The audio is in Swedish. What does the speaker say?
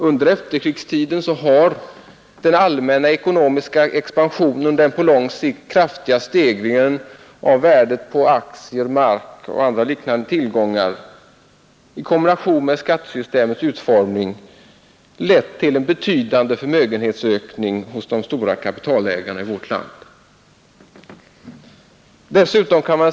Under efterkrigstiden har den allmänna ekonomiska expansionen, den på lång sikt kraftiga stegringen av värdet på aktier, mark och liknande tillgångar i kombination med skattesystemets utformning lett till en betydande förmögenhetsökning hos de stora kapitalägarna i vårt land.